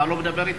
אתה לא מדבר אתם.